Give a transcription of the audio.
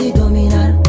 dominar